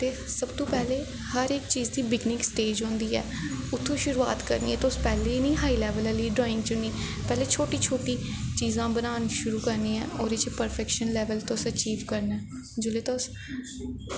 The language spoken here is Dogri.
ते सब तो पैह्ले हर इक चीज दी बिगनिंग स्टेज होंदी ऐ उत्थूं शुरुआत करनी ऐ तुस पैह्लें गै निं हाई लैवल आह्ली ड्रांइग च निं पैह्ले छोटी छोटी चीजां बनाना शुरू करनियां ओह्दे च प्रफैक्शन लैवल तुसें अचीव करना ऐ जिसलै तुस